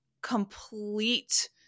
complete